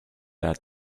that